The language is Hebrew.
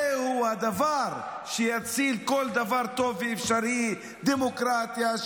זהו הדבר שיציל כל דבר טוב ואפשרי: דמוקרטיה,